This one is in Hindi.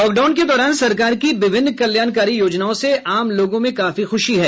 लॉकडाउन के दौरान सरकार की विभिन्न कल्याणकारी योजनाओं से आम लोगों में काफी ख्रशी है